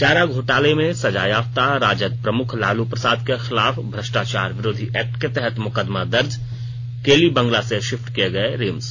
चारा घोटाले में सजायाफ्ता राजद प्रमुख लालू प्रसाद के खिलाफ भ्रष्टाचार विरोधी एक्ट के तहत मुकदमा दर्ज केली बंगला से शिफ्ट किये गये रिम्स